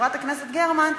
חברת הכנסת גרמן,